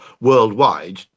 worldwide